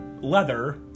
leather